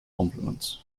compliments